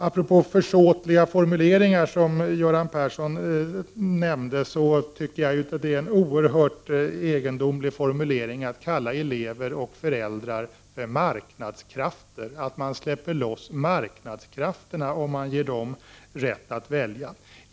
Apropå försåtliga formuleringar, som Göran Persson talade om, tycker jag att det är en oerhört egendomlig formulering att kalla elever och föräldrar för marknadskrafter. Det sägs att man släpper loss marknadskrafterna om man ger elever och föräldrar rätt att välja.